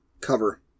cover